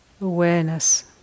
awareness